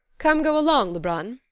come go along, lebrun,